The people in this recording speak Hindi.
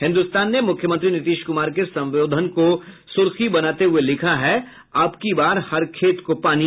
हिन्दुस्तान ने मुख्यमंत्री नीतीश कुमार के संबोधन को सुर्खी बनाते हुये लिखा है अबकी बार हर खेत को पानी